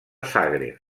zagreb